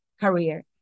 career